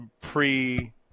pre